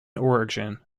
origin